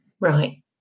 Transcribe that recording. Right